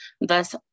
thus